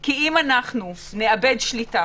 כי אם אנחנו נאבד שליטה,